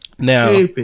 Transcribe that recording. now